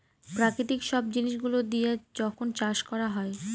প্রাকৃতিক সব জিনিস গুলো দিয়া যখন চাষ করা হয়